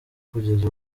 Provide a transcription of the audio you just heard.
kugeza